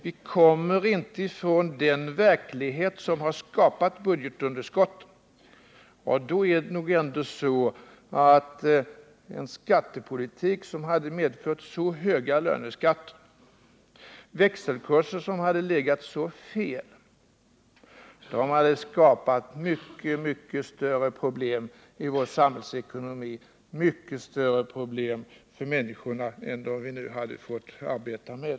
Vi kommer inte ifrån den verklighet som har skapat budgetunderskottet. En skattepolitik som medfört så höga löneskatter och växelkurser som legat så fel hade skapat mycket större problem i vår samhällsekonomi, mycket större problem för människorna än dem vi nu fått arbeta med.